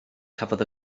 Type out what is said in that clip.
cafodd